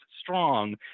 strong